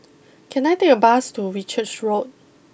can I take a bus to Whitchurch Road